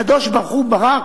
הקדוש-ברוך-הוא ברא,